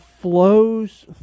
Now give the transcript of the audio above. flows